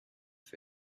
for